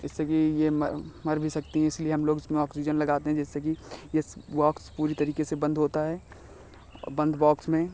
इससे कि यह मर भी सकती हैं इसलिए हम लोग इसमें ऑक्सीजन लगाते हैं जिससे कि इस बॉक्स पूरी तरीके से बंद होता है और बंद बॉक्स में